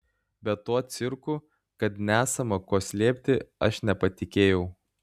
bet tuo cirku kad nesama ko slėpti aš nepatikėjau